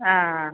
ആ ആ